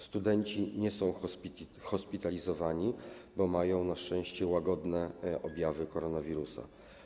Studenci nie są hospitalizowani, bo mają na szczęście łagodne objawy koronawirusa.